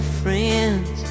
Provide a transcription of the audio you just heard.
friends